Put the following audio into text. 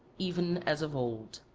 even as of old.